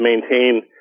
maintain